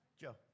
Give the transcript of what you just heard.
Joe